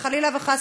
וחלילה וחס,